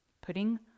Putting